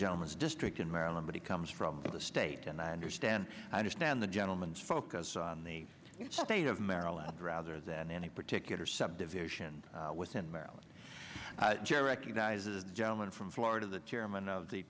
gentleman's district in maryland but he comes from the state and i understand i understand the gentleman's focus on the state of maryland rather than any particular subdivision within maryland cherokee that is a gentleman from florida the chairman of the